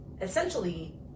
essentially